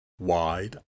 wide